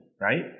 right